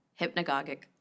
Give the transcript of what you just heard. hypnagogic